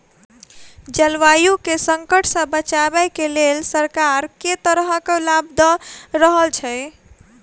जलवायु केँ संकट सऽ बचाबै केँ लेल सरकार केँ तरहक लाभ दऽ रहल छै?